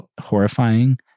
horrifying